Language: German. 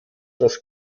das